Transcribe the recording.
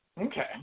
Okay